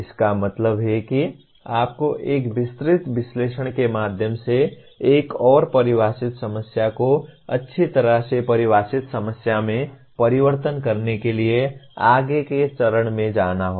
इसका मतलब है कि आपको एक विस्तृत विश्लेषण के माध्यम से एक और परिभाषित समस्या को अच्छी तरह से परिभाषित समस्या में परिवर्तित करने के लिए आगे के चरण में जाना होगा